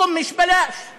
(אומר בערבית ומתרגם:)